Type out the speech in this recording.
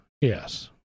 Yes